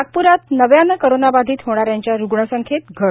नागप्रात नव्यानं कोरोनाबाधित होणाऱ्यांच्या रुग्ण संख्येत घट